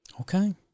Okay